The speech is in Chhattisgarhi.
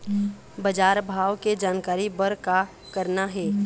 बजार भाव के जानकारी बर का करना हे?